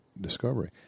discovery